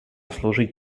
служить